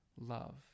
love